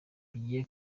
bigiye